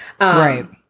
right